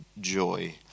joy